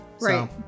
right